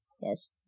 Yes